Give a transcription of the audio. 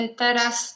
teraz